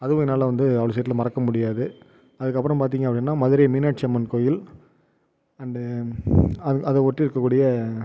அதுவும் என்னால் வந்து அவ்வளோ சீக்கிரத்தில் மறக்கமுடியாது அதுக்கு அப்புறம் பார்த்திங்க அப்படின்னா மதுரை மீனாட்சி அம்மன் கோயில் அண்ட் அதை அதை ஒட்டி இருக்கக்கூடிய